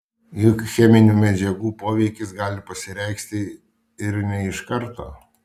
juk cheminių medžiagų poveikis gali pasireikšti ir ne iš karto